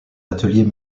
ateliers